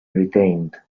retained